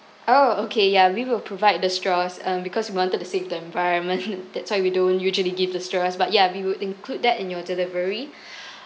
oh okay ya we will provide the straws um because we wanted to save the environment that's why we don't usually give the straws but ya we will include that in your delivery